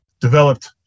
developed